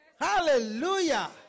Hallelujah